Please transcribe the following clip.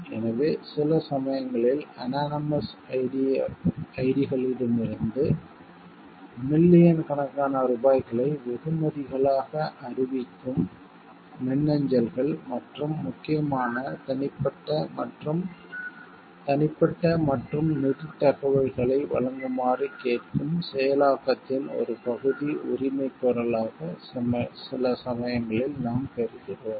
எனவே சில சமயங்களில் அனாநமஸ் ஐடிகளிடமிருந்து மில்லியன் கணக்கான ரூபாய்களை வெகுமதிகளாக அறிவிக்கும் மின்னஞ்சல்கள் மற்றும் முக்கியமான தனிப்பட்ட மற்றும் தனிப்பட்ட மற்றும் நிதித் தகவல்களை வழங்குமாறு கேட்கும் செயலாக்கத்தின் ஒரு பகுதி உரிமைகோரலாக சில சமயங்களில் நாம் பெறுகிறோம்